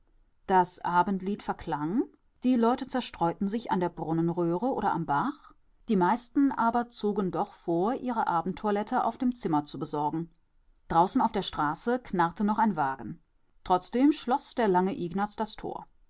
das abendlied verklang die leute zerstreuten sich an der brunnenröhre oder am bach die meisten aber zogen doch vor ihre abendtoilette auf dem zimmer zu besorgen draußen auf der straße knarrte noch ein wagen trotzdem schloß der lange ignaz das tor